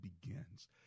begins